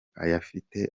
ayafite